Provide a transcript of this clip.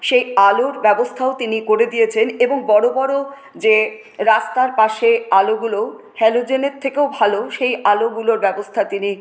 সেই আলোর ব্যবস্থাও তিনি করে দিয়েছেন এবং বড় বড় যে রাস্তার পাশে আলোগুলো হ্যালোজেনের থেকেও ভালো সেই আলোগুলোর ব্যবস্থা তিনি